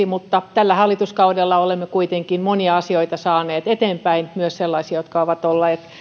mutta tällä hallituskaudella olemme kuitenkin monia asioita saaneet eteenpäin myös sellaisia jotka ovat olleet